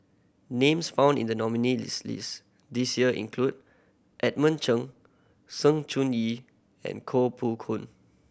names found in the nominee list list this year include Edmund Cheng Sng Choon Yee and Koh Poh Koon